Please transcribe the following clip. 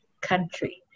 country